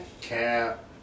Cap